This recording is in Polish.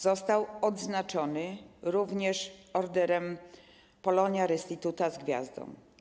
Został odznaczony również Orderem Polonia Restituta z gwiazdą.